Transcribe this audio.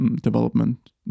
development